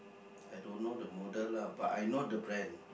I don't know the model lah but I know the brand